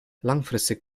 langfristig